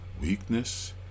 weakness